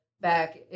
back